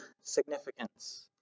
significance